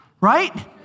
right